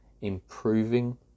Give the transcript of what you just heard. improving